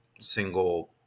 single